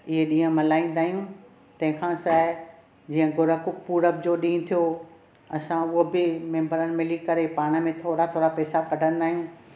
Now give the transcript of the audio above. इहे ॾींहं मल्हाइंदा आहियूं तंहिंखा सिवाइ जीअं गुरुपूरब जो ॾींहुं थियो असां उहो बि मेंम्बर मिली करे पाण में थोरा थोरा पैसा कढिंदा आहियूं